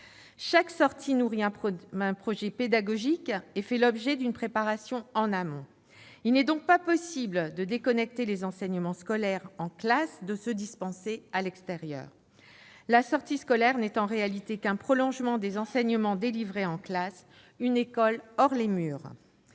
Chaque sortie nourrit un projet pédagogique et fait l'objet d'une préparation en amont. Il n'est donc pas possible de déconnecter les enseignements scolaires en classe de ceux qui sont dispensés à l'extérieur. La sortie scolaire n'est en réalité qu'un prolongement des enseignements délivrés en classe, une école « hors les murs